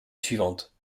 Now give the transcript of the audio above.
suivante